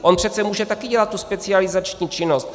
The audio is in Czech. On přece může taky dělat tu specializační činnost.